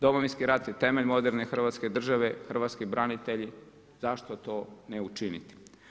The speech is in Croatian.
Domovinski rat je temelj moderne Hrvatske države, hrvatski branitelji zašto to ne učiniti.